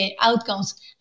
outcomes